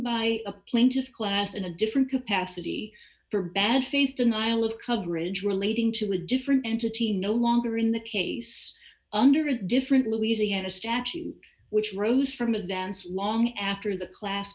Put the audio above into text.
by a plaintiff class in a different capacity for bad face denial of coverage relating to a different entity no longer in the case under a different louisiana statute which rose from a dance long after the class